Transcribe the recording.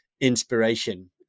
inspiration